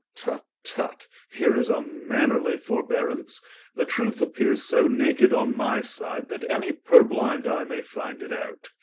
tut, tut, here is a mannerly forbearance the truth appeares so naked on my side, that any purblind eye may find it out